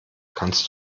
kannst